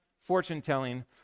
fortune-telling